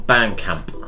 Bandcamp